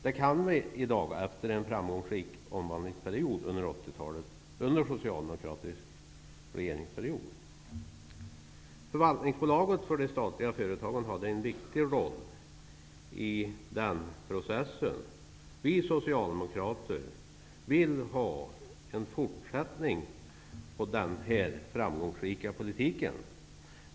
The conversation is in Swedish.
Så är fallet i dag efter en framgångsrik omvandlingsperiod under 1980-talet under en socialdemokratisk regeringsperiod. Förvaltningsbolaget för de statliga företagen hade en viktig roll i den processen. Vi socialdemokrater vill ha en fortsättning på denna framgångsrika politik.